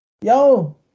yo